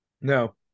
No